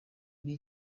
muri